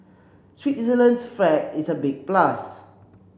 Switzerland's flag is a big plus